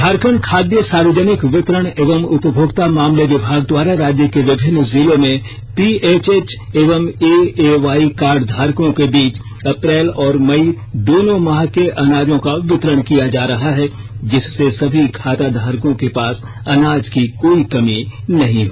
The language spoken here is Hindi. झारखंड खाद्य सार्वजनिक वितरण एवं उपभोक्ता मामले विभाग द्वारा राज्य के विभिन्न जिलों में पीएचएच एवं एएवाई कार्ड धारकों के बीच अप्रैल और मई दोनों माह के अनाजों का वितरण किया जा रहा है जिससे सभी खाता धारकों के पास अनाज की कोई कमी न हो